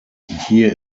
hier